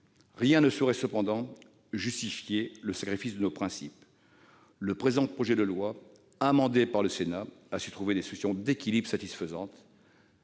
Rien ne saurait cependant justifier le sacrifice de nos principes : dans le présent projet de loi, amendé par le Sénat, nous avons su trouver des solutions d'équilibre satisfaisantes.